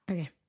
Okay